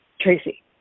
Tracy